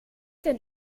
den